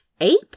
Ape